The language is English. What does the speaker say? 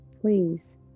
Please